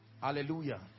Hallelujah